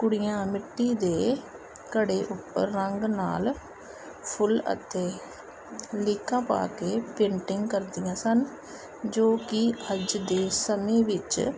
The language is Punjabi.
ਕੁੜੀਆਂ ਮਿੱਟੀ ਦੇ ਘੜੇ ਉੱਪਰ ਰੰਗ ਨਾਲ ਫੁੱਲ ਅਤੇ ਲੀਕਾਂ ਪਾ ਕੇ ਪੇਂਟਿੰਗ ਕਰਦੀਆਂ ਸਨ ਜੋ ਕਿ ਅੱਜ ਦੇ ਸਮੇਂ ਵਿੱਚ